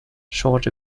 short